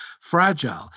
fragile